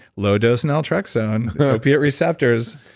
low dose naltrexone, opiate receptors.